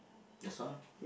that's all